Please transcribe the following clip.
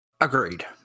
Agreed